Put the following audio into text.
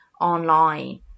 online